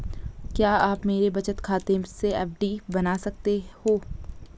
क्या आप मेरे बचत खाते से एफ.डी बना सकते हो?